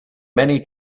many